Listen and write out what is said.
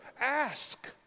ask